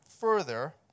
further